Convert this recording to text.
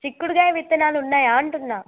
చిక్కుడుకాయ విత్తనాలు ఉన్నాయా అంటున్నాను